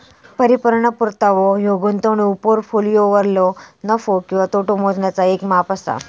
परिपूर्ण परतावो ह्यो गुंतवणूक पोर्टफोलिओवरलो नफो किंवा तोटो मोजण्याचा येक माप असा